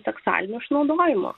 seksualiniu išnaudojimu